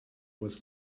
was